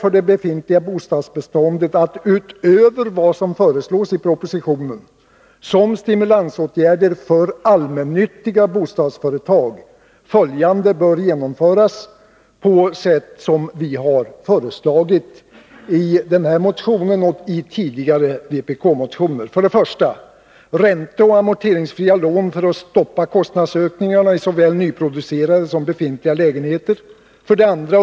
För det befintliga bostadsbeståndet bör, utöver vad som föreslås i propositionen, som stimulansåtgärder för allmännyttiga bostadsföretag följande genomföras på sätt som vi föreslagit i den här motionen och i tidigare vpk-motioner: 1. Ränteoch amorteringsfria lån för att stoppa kostnadsökningar i såväl nyproducerade som befintliga lägenheter.